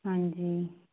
ਹਾਂਜੀ